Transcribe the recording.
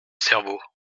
cerveau